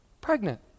pregnant